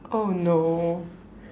oh no